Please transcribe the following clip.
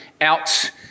out